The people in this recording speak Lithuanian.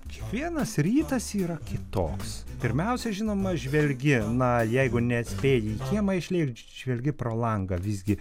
kiekvienas rytas yra kitoks pirmiausia žinoma žvelgi na jeigu nespėji į kiemą išlėkt žvelgi pro langą visgi